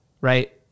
right